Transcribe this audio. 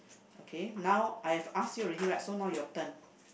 okay now I've ask you already right so now your turn